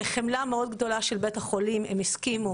בחמלה מאוד גדולה של בית החולים הם הסכימו